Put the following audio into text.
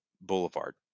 Boulevard